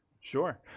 Sure